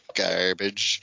garbage